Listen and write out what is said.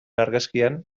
argazkian